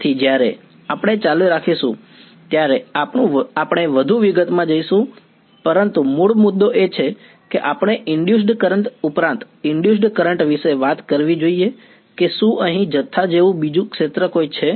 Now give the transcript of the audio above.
તેથી જ્યારે આપણે ચાલુ રાખીશું ત્યારે આપણે વધુ વિગતમાં જઈશું પરંતુ મૂળ મુદ્દો એ છે કે આપણે ઇનડયુસડ્ કરંટ ઉપરાંત ઇનડયુસડ્ કરંટ વિશે વાત કરવી જોઈએ કે શું અહીં જથ્થા જેવું બીજું કોઈ ક્ષેત્ર છે